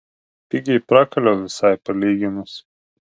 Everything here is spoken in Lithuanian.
pigiai prakaliau visai palyginus